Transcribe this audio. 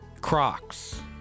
Crocs